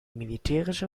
militärische